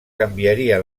canviaria